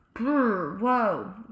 whoa